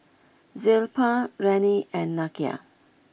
Zilpah Rennie and Nakia